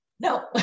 No